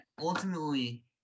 ultimately